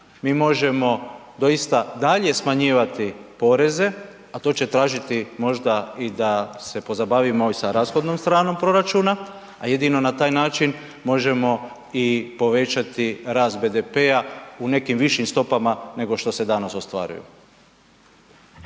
mi možemo doista dalje smanjivati poreze ali to će tražiti možda i da se pozabavimo i sa rashodnom stranom proračuna a jedino na taj način možemo povećati rast BDP-a u nekim višim stopama nego što se danas ostvaruju.